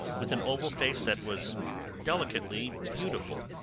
with an oval face that was delicately beautiful.